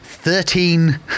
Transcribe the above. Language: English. Thirteen